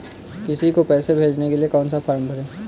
किसी को पैसे भेजने के लिए कौन सा फॉर्म भरें?